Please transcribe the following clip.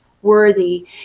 Worthy